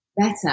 better